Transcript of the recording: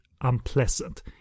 unpleasant